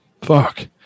fuck